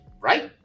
right